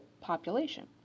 population